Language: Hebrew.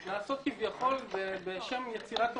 שנעשות כביכול בשם יצירת אומנות,